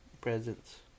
presents